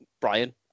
Brian